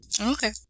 Okay